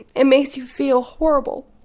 it makes you feel horrible